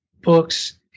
books